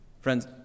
Friends